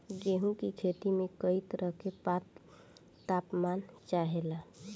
गेहू की खेती में कयी तरह के ताप मान चाहे ला